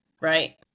right